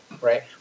right